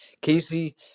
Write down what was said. Casey